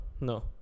no